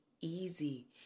easy